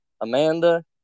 Amanda